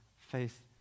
faith